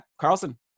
Carlson